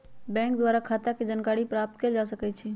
bank द्वारा खता के जानकारी प्राप्त कएल जा सकइ छइ